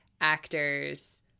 actors